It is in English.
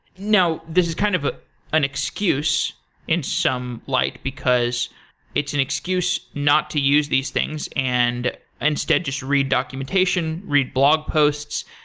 now, this is kind of an excuse in some light, because it's an excuse not to use these things, and instead, just read documentation, read blog posts,